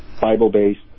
bible-based